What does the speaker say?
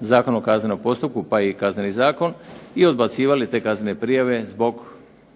Zakon o kaznenom postupku pa i Kazneni zakon i odbacivali te kaznene prijave zbog takvih okolnosti